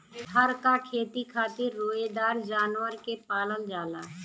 फर क खेती खातिर रोएदार जानवर के पालल जाला